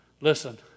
Listen